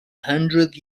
hundred